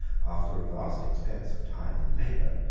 after a vast expense of time and labor,